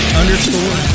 underscore